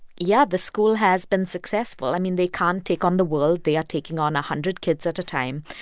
yeah, the school has been successful. i mean, they can't take on the world. they are taking on a hundred kids at a time.